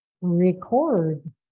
Record